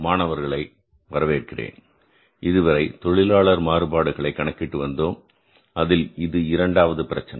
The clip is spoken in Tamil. மாணவர்களை வரவேற்கிறேன் இதுவரை தொழிலாளர் மாறுபாடுகளை கணக்கிட்டு வந்தோம் அதில் இது இரண்டாவது பிரச்சனை